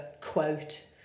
quote